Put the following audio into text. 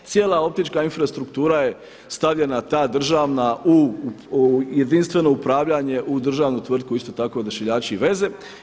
Cijela optička infrastruktura je stavljena, ta državna u jedinstveno upravljanje u državnu tvrtku, isto tako Odašiljači i veze.